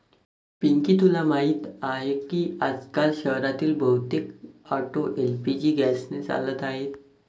पिंकी तुला माहीत आहे की आजकाल शहरातील बहुतेक ऑटो एल.पी.जी गॅसने चालत आहेत